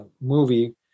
movie